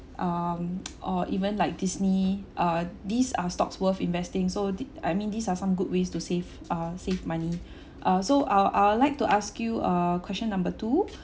um or even like disney uh these are stocks worth investing so this I mean these are some good ways to save uh save money uh so I'll I'll like to ask you err question number two